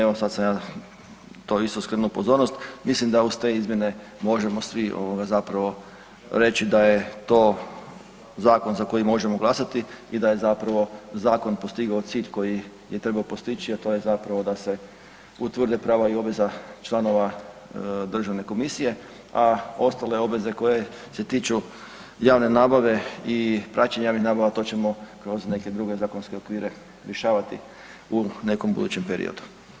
Evo sad sam ja to isto skrenuo pozornost, mislim da uz te izmjene možemo svi ovoga zapravo reći da je to zakon za koji možemo glasati i da je zapravo zakon postigao cilj koji je trebao postići, a to je zapravo da se utvrde prava i obveza članova državne komisije, a ostale obveze koje se tiču javne nabave i praćenja javnih nabava to ćemo kroz neke druge zakonske okvire rješavati u nekom budućem periodu.